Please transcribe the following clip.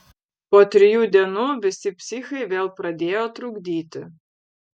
po trijų dienų visi psichai vėl pradėjo trukdyti